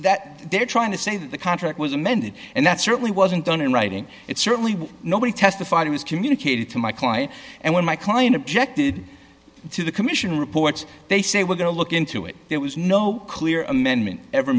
that they're trying to say that the contract was amended and that certainly wasn't done in writing it certainly nobody testified it was communicated to my client and when my client objected to the commission reports they say we're going to look into it there was no clear amendment ever